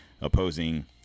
opposing